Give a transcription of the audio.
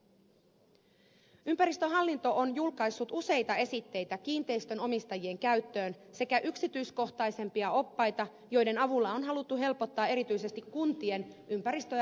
ympäristöhallinto on julkaissut useita esitteitä kiinteistönomistajien käyttöön sekä yksityiskohtaisempia oppaita joiden avulla on haluttu helpottaa erityisesti kuntien ympäristö ja rakennusvalvonnan työtä